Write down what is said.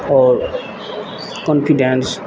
आओर कॉन्फिडेंस